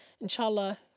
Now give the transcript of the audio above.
Inshallah